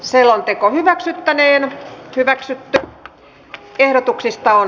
selonteko hyväksyttiin